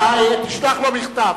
תשלח לו מכתב,